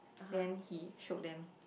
then he showed them